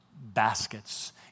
baskets